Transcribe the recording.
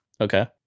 Okay